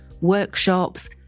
workshops